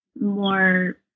more